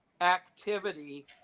activity